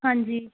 ਹਾਂਜੀ